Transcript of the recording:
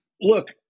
Look